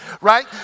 right